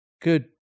good